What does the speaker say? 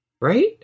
Right